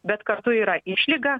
bet kartu yra išlyga